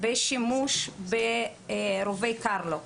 בשימוש ברובי קרלו,